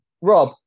Rob